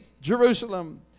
Jerusalem